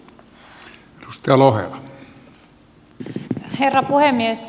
arvoisa herra puhemies